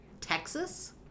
Texas